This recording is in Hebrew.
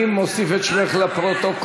אני מוסיף את שמך לפרוטוקול,